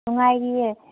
ꯅꯨꯡꯉꯥꯏꯔꯤꯌꯦ